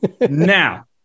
Now